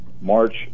March